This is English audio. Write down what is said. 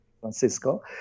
Francisco